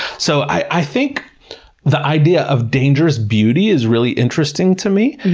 so i think the idea of dangerous beauty is really interesting to me,